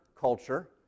culture